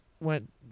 went